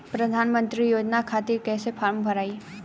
प्रधानमंत्री योजना खातिर कैसे फार्म भराई?